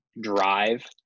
drive